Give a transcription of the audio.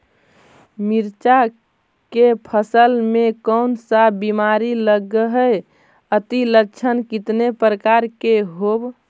मीरचा के फसल मे कोन सा बीमारी लगहय, अती लक्षण कितने प्रकार के होब?